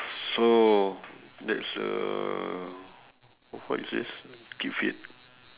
so that's uh what is this keep fit